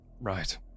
right